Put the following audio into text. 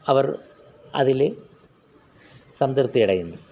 അവർ അതിൽ സംതൃപ്തി അടയുന്നു